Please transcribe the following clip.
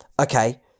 Okay